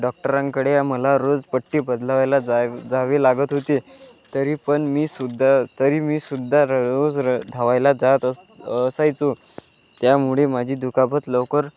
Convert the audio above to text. डॉक्टरांकडे मला रोज पट्टी बदलवायला जा जावे लागत होते तरी पण मी सुद्धा तरी मी सुद्धा रोज र धावायला जात अस असायचो त्यामुळे माझी दुखापत लवकर